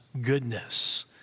goodness